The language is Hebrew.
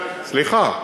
סליחה.